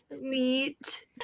meet